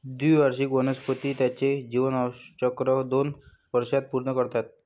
द्विवार्षिक वनस्पती त्यांचे जीवनचक्र दोन वर्षांत पूर्ण करतात